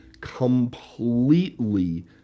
completely